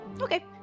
Okay